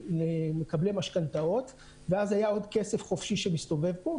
למקבלי משכנתאות ואז היה עוד כסף חופשי שמסתובב פה,